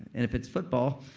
and if it's football,